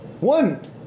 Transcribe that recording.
One